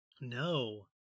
No